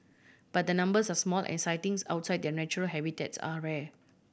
but the numbers are small and sightings outside their natural habitats are rare